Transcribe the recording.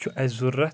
چھُ اَسہِ ضروٗرَت